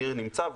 ניר נמצא,